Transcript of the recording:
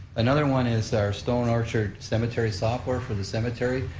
another one is our stone orchard cemetery software for the cemetery,